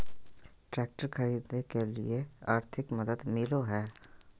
Tractor खरीदे के लिए आर्थिक मदद मिलो है?